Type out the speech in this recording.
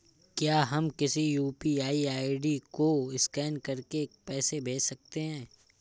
क्या हम किसी यू.पी.आई आई.डी को स्कैन करके पैसे भेज सकते हैं?